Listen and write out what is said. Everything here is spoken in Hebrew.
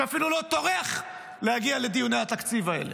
שאפילו לא טורח להגיע לדיוני התקציב האלה,